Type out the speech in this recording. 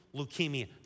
leukemia